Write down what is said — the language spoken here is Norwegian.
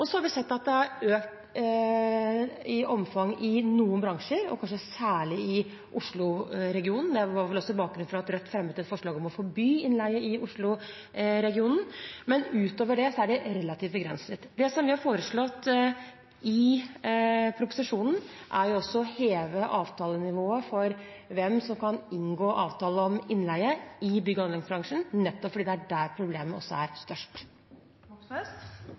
Så har vi sett at det har økt i omfang i noen bransjer, og kanskje særlig i Oslo-regionen – det var vel også bakgrunnen for at Rødt fremmet et forslag om å forby innleie i Oslo-regionen – men utover det er det relativt begrenset. Det vi har foreslått i proposisjonen, er å heve avtalenivået for hvem som kan inngå avtale om innleie i bygg- og anleggsbransjen, nettopp fordi det er der problemene er størst. Bjørnas Moxnes – til oppfølgingsspørsmål. Bemanningsbyråene fortrenger fast ansatte. Det er